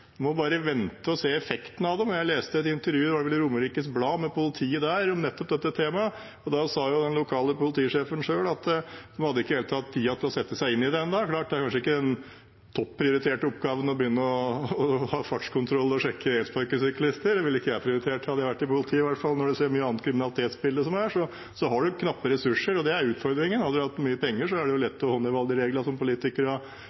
må bare vente og se effekten av dem. Jeg leste et intervju – det var vel i Romerikes Blad – med politiet om nettopp dette temaet, og da sa den lokale politisjefen at de ikke helt hadde hatt tid til å sette seg inn i det ennå. Det er klart at det er kanskje ikke en topp prioritert oppgave å begynne å ha fartskontroll og sjekke elsparkesyklister – det ville ikke jeg ha prioritert hadde jeg vært i politiet i hvert fall, når man ser mye annet i det kriminalitetsbildet vi har. Man har knappe ressurser, og det er utfordringen. Hadde de hatt mye penger, ville det